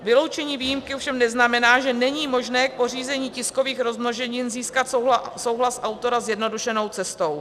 Vyloučení výjimky ovšem neznamená, že není možné k pořízení tiskových rozmnoženin získat souhlas autora zjednodušenou cestou.